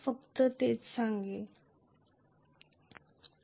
फक्त याचा पुनरुच्चार करत आहे